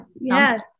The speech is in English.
yes